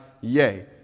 yay